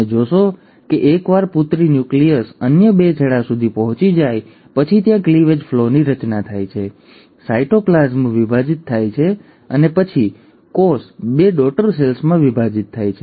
તમે જોશો કે એકવાર પુત્રી ન્યુક્લિયસ અન્ય બે છેડા સુધી પહોંચી જાય પછી ત્યાં ક્લીવેજ ફર્લોની રચના થાય છે સાયટોપ્લાસમ વિભાજિત થાય છે અને પછી કોષ બે ડૉટર સેલ્સમાં વિભાજિત થાય છે